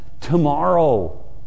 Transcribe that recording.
tomorrow